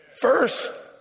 First